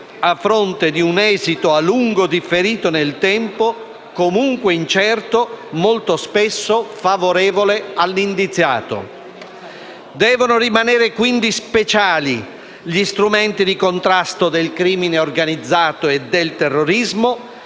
a fronte di un esito a lungo differito nel tempo, comunque incerto, molto spesso favorevole all'indiziato. Devono rimanere, quindi, speciali gli strumenti di contrasto del crimine organizzato e del terrorismo,